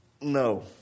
No